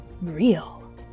real